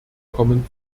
kommen